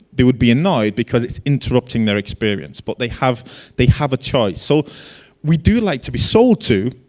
they would be annoyed, because it's interrupting their experience, but they have they have a choice. so we do like to be sold to,